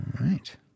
right